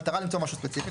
במטרה למצוא משהו ספציפי.